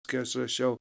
kai aš rašiau